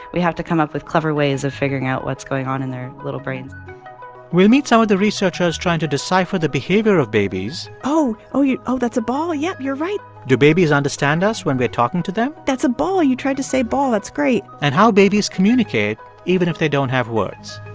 we have to come up with clever ways of figuring out what's going on in their little brains we'll meet some of the researchers trying to decipher the behavior of babies oh, oh, you're oh, that's a ball. yeah, you're right do babies understand us when we're talking to them? that's a ball. you tried to say ball. that's great and how babies communicate even if they don't have words